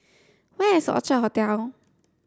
where is Orchard Hotel